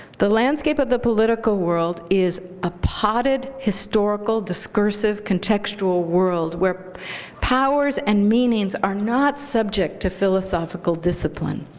the landscape of the political world is a potted, historical, discursive, contextual world where powers and meanings are not subject to philosophical discipline.